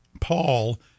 paul